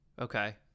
Okay